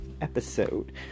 episode